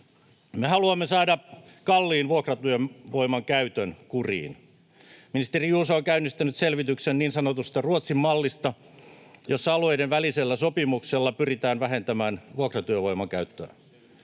Me haluamme saada kalliin vuokratyövoiman käytön kuriin. Ministeri Juuso on käynnistänyt selvityksen niin sanotusta Ruotsin mallista, jossa alueiden välisellä sopimuksella pyritään vähentämään vuokratyövoiman käyttöä.